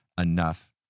enough